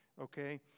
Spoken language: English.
Okay